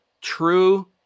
true